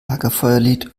lagerfeuerlied